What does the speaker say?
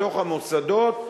מתוך המוסדות,